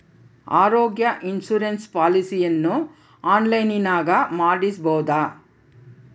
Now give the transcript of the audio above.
ಆರೋಗ್ಯ ಇನ್ಸುರೆನ್ಸ್ ಪಾಲಿಸಿಯನ್ನು ಆನ್ಲೈನಿನಾಗ ಮಾಡಿಸ್ಬೋದ?